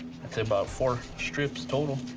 i'd say about four strips total.